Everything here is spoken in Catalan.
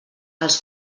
als